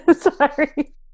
sorry